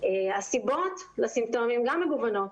הסיבות לסימפטומים גם מגוונות,